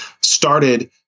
started